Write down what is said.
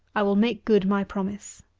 i will make good my promise.